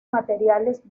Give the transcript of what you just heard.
materiales